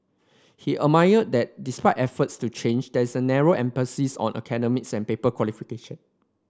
he that despite efforts to change there is a narrow emphasis on academics and paper qualification